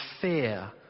fear